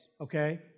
okay